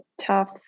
tough